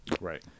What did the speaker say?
Right